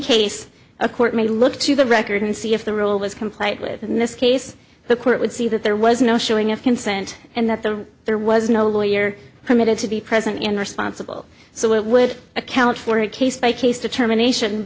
case a court may look to the record see if the rule was complied with in this case the court would see that there was no showing of consent and that the there was no lawyer permitted to be present in the responsible so it would account for a case by case determination